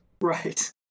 Right